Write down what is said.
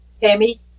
Tammy